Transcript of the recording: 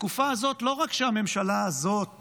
בתקופה הזאת לא רק שהממשלה הזאת